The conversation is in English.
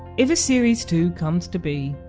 if a series two comes to be,